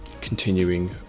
continuing